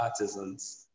artisans